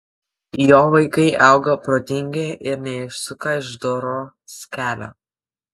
jo vaikai auga protingi ir neišsuka iš doros kelio